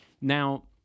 Now